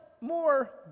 more